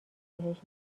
بهش